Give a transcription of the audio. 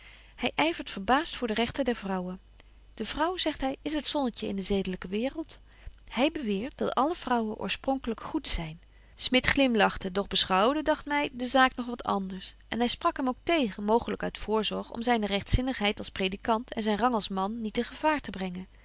hy yvert verbaast voor de rechten der vrouwen de vrouw zegt hy is het zonnetje in de zedelyke waereld hy beweert dat alle vrouwen oorspronglyk goed zyn smit glimlachte doch beschouwde dagt my de zaak nog wat anders en hy sprak hem ook tegen mooglyk uit voorzorg om zyne rechtzinnigheid als predikant en zyn rang als man niet in gevaar te brengen